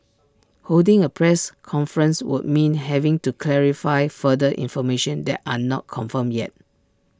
holding A press conference would mean having to clarify further information that are not confirmed yet